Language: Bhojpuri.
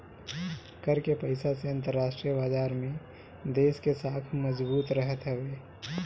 कर के पईसा से अंतरराष्ट्रीय बाजार में देस के साख मजबूत रहत हवे